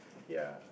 ya